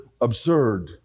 absurd